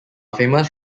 famous